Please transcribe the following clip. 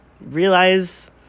realize